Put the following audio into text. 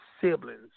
siblings